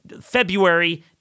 February